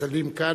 מהספסלים כאן